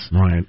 Right